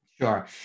Sure